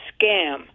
scam